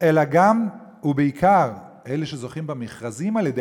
אלא גם ובעיקר אלה שזוכים במכרזים על-ידי